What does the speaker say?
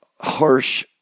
harsh